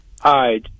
Hi